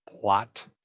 plot